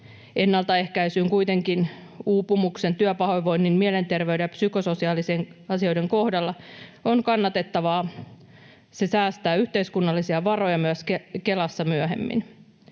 Ennaltaehkäisy on kuitenkin uupumuksen, työpahoinvoinnin, mielenterveyden ja psykososiaalisten asioiden kohdalla kannatettavaa: se säästää yhteiskunnallisia varoja myös Kelassa myöhemmin.